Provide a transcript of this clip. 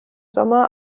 sommer